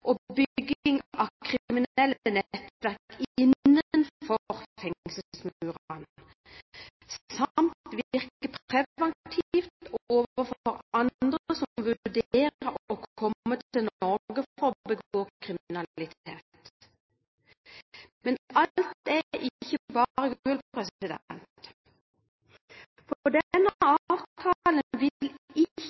og bygging av kriminelle nettverk innenfor fengselsmurene samt virke preventivt overfor andre som vurderer å komme til Norge for å begå kriminalitet. Men alt er ikke bare gull, for denne avtalen vil ikke